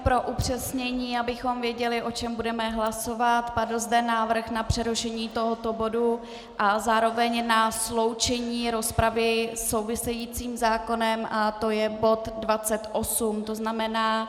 Pro upřesnění, abychom věděli, o čem budeme hlasovat, padl zde návrh na přerušení tohoto bodu a zároveň na sloučení rozpravy se souvisejícím zákonem a to je bod 28, tzn.